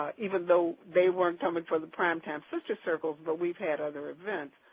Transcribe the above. even though they weren't coming for the prime time sister circles, but we've had other events.